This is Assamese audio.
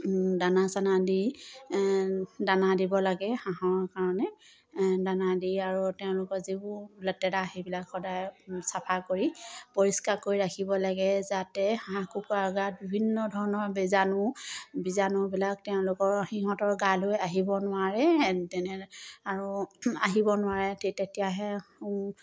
দানা চানা দি দানা দিব লাগে হাঁহৰ কাৰণে দানা দি আৰু তেওঁলোকৰ যিবোৰ লেতেৰা সেইবিলাক সদায় চাফা কৰি পৰিষ্কাৰ কৰি ৰাখিব লাগে যাতে হাঁহ কুকুৰাৰ গাত বিভিন্ন ধৰণৰ বীজাণু বীজাণুবিলাক তেওঁলোকৰ সিহঁতৰ গালৈ আহিব নোৱাৰে এন তেনে আৰু আহিব নোৱাৰে তেতিয়াহে